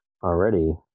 Already